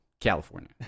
California